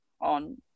on